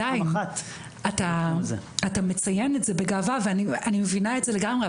ועדיין אתה מציין את זה בגאווה ואני מבינה את זה לגמרי,